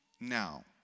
Now